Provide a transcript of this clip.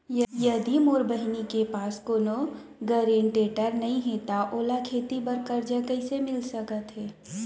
यदि मोर बहिनी के पास कोनो गरेंटेटर नई हे त ओला खेती बर कर्जा कईसे मिल सकत हे?